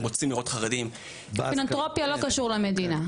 הם רוצים לראות חרדים --- פילנתרופיה לא קשור למדינה.